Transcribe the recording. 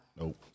Nope